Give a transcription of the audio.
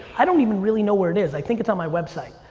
i don't even really know where it is. i think it's on my website.